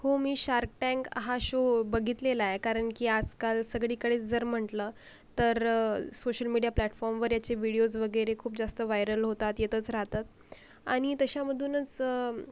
हो मी shark tank हा शो बघितलेला आहे कारण की आजकाल सगळीकडेच जर म्हटलं तर सोशल मीडिया प्लॅटफॉर्मवर ह्याचे व्हिडियोज वगैरे खूप जास्त वायरल होतात येतच राहतात आणि तशामधूनच